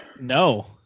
No